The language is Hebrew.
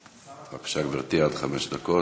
בבקשה, גברתי, עד חמש דקות.